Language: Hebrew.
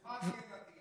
ברוכת ילדים.